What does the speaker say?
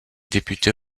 député